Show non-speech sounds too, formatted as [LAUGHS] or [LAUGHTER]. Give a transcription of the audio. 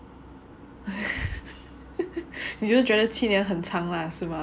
[LAUGHS] 你就觉得七年很长 lah 是吗